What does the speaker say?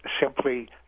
simply